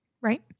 Right